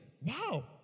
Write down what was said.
Wow